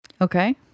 Okay